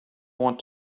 want